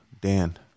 Dan